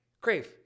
Crave